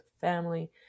family